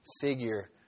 figure